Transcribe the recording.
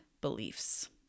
beliefs